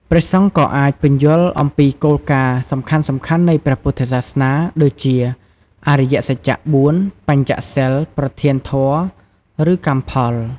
ព្រះសង្ឃក៏អាច ពន្យល់អំពីគោលការណ៍សំខាន់ៗនៃព្រះពុទ្ធសាសនា ដូចជា អរិយសច្ច៤ បញ្ចសីល ប្រធានធម៌ ឬកម្មផល។